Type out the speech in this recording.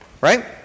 Right